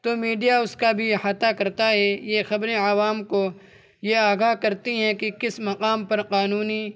تو میڈیا اس کا بھی احاطہ کرتا ہے یہ خبریں عوام کو یہ آگاہ کرتی ہیں کہ کس مقام پر قانونی